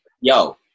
Yo